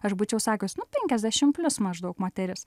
aš būčiau sakius nu penkiasdešim plius maždaug moteris